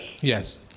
Yes